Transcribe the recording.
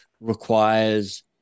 requires